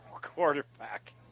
quarterback